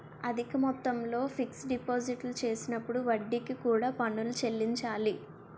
అధిక మొత్తంలో ఫిక్స్ డిపాజిట్లు చేసినప్పుడు వడ్డీకి కూడా పన్నులు చెల్లించాలి